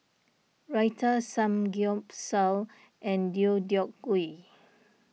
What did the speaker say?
Raita Samgyeopsal and Deodeok Gui